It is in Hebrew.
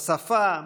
בשפה,